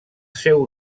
seu